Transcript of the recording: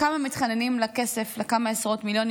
כמה מתחננים לכסף, לכמה עשרות מיליונים